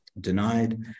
denied